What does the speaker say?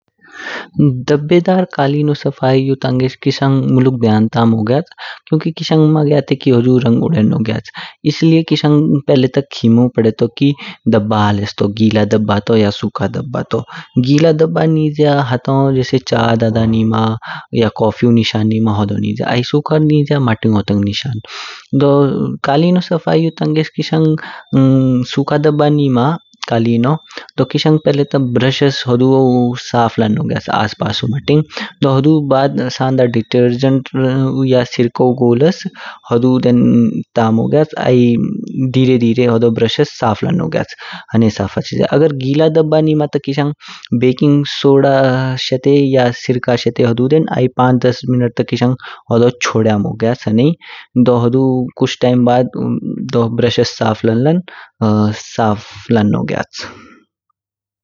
डब्बेदार कलिनु सफाइउ तंगे किशंग मुलुक ध्यान तामो ग्याच। क्यूंकि किशंग माँ ग्यात के हुजु रंग उड्डेणो ग्याच, इसलिये किशंग पहले ता खिमो पढ़ेतो की डब्बा हलेस तो। गीला डब्बा तो या सुखा डब्बा तो। गीला डब्बा निज्या हतायोन जैसे चा दादा निम या कॉफी निशान निज्या, आई सुखा निज्या जैसे मातिउन बिशान। कालीनु सफाई तांगे किशंग सुखा डब्बा निमकालिनों दो। किशंग पहले ता ब्रश हुसु साफ लन्नो ग्याच आस पासु मातिंग। हुडु बाद सांडा डिटरजेंटु या सिरका गुल्स हुडु देन तामो ग्याच आई धीरे धीरे होडो ब्रश साफ लन्नो ग्याच। ह्ने साफ हचिजया। अगर गीला डब्बा निम ता बेकिंग सोडा शहते या सिरका शहते हुडु देन आई पांच दस मिन्टे तांगे किशंग हुडो छोड़्यामो ग्याच ह्न्ही, दो हुडु कुछ टाइम बाद ब्रश साफ लन्नलान साफ लन्नो ग्याच।